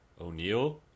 O'Neill